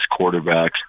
quarterbacks